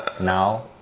Now